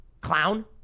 Clown